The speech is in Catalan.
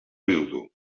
viudo